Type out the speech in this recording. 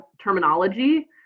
terminology